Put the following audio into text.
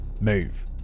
move